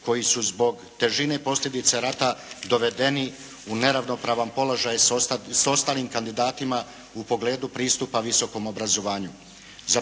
koji su zbog težine posljedica rata dovedeni u neravnopravan položaj s ostalim kandidatima u pogledu pristupa visokom obrazovanju.